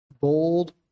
bold